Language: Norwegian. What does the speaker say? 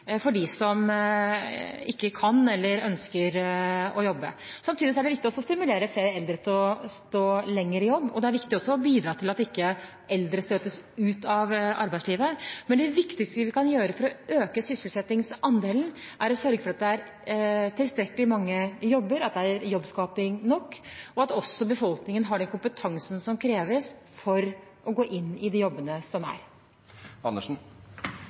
for dem som ikke kan eller ønsker å jobbe. Samtidig er det viktig å stimulere flere eldre til å stå lenger i jobb, og det er også viktig å bidra til at ikke eldre støtes ut av arbeidslivet. Men det viktigste vi kan gjøre for å øke sysselsettingsandelen, er å sørge for at det er tilstrekkelig mange jobber, at det er jobbskaping nok, og også at befolkningen har den kompetansen som kreves for å gå inn i de jobbene som